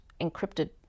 encrypted